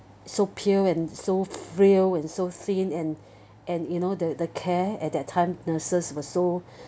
so pale and so frail and so thin and and you know the the care at that time nurses were so